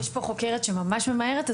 יש פה חוקרת שממש ממהרת,